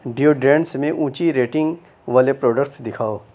deodorants نے اونچی rating والے پروڈکٹس دکھاؤ